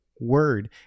word